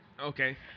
Okay